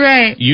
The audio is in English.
Right